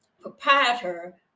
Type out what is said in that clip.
proprietor